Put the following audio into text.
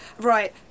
Right